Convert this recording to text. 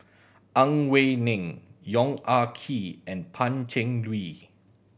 Ang Wei Neng Yong Ah Kee and Pan Cheng Lui